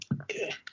Okay